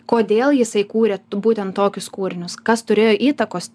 kodėl jisai kūrė būtent tokius kūrinius kas turėjo įtakos